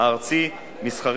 אה, הוא מחזיר